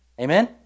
Amen